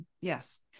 Yes